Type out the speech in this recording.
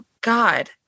God